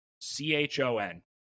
c-h-o-n